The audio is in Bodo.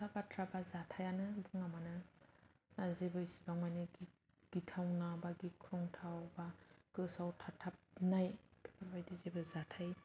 खोथा बाथ्रा बा जाथाइआनो बुं आरो आं जेबो एसेबां माने गिथावना बायदि खुंथाव बा गोसोआव थाथाबनाय बेबादि जेबो जाथाय